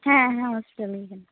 ᱦᱮᱸ ᱦᱮᱸ ᱦᱳᱥᱯᱤᱴᱟᱞ ᱜᱮ ᱠᱟᱱᱟ